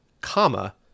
comma